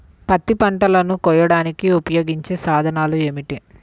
పత్తి పంటలను కోయడానికి ఉపయోగించే సాధనాలు ఏమిటీ?